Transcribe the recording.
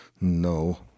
No